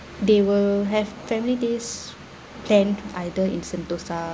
they will have family days plan either in sentosa